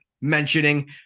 mentioning